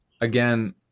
again